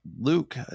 Luke